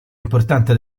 importante